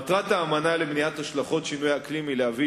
מטרת האמנה למניעת השלכות שינוי האקלים היא להביא